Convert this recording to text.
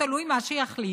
תלוי מה שיחליטו,